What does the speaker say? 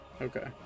Okay